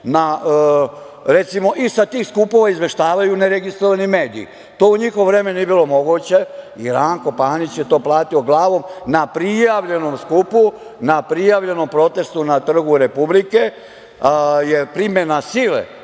sa tih skupova izveštavaju ne registrovani mediji. To u njihovo vreme nije bilo moguće i Ranko Panić je to platio glavom. Na prijavljenom skupu, na prijavljenom protestu na Trgu Republike je primena sile